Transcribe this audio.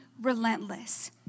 relentless